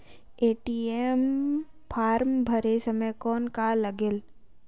ATM form भरे समय कौन का लगेल?